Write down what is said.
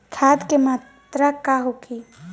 खाध के मात्रा का होखे?